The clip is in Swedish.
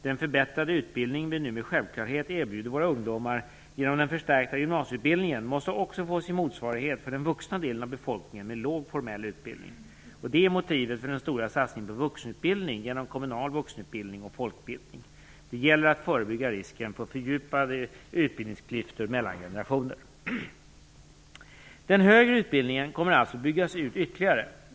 Den förbättrade utbildning vi nu med självklarhet erbjuder våra ungdomar genom den förstärkta gymnasieutbildningen måste också få sin motsvarighet för den vuxna delen av befolkningen med låg formell utbildning. Det är motivet för den stora satsningen på vuxenutbildning genom kommunal vuxenutbildning och folkbildning. Det gäller att förebygga risken för fördjupade utbildningsklyftor mellan generationer. Den högre utbildningen kommer alltså att byggas ut ytterligare.